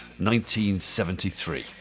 1973